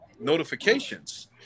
notifications